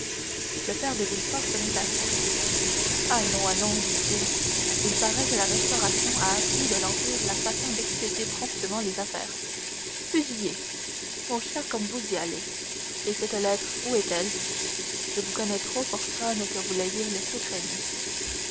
le père de villefort se mit à rire allons allons dit-il il paraît que la restauration a appris de l'empire la façon d'expédier promptement les affaires fusillé mon cher comme vous y allez et cette lettre où est-elle je vous connais trop pour craindre que vous l'ayez laissée traîner